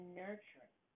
nurturing